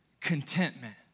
contentment